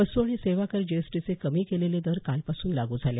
वस्तू आणि सेवा कर जीएसटीचे कमी केलेले दर कालपासून लागू झाले